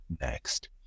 next